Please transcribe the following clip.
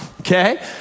okay